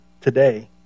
today